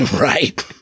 Right